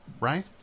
Right